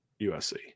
USC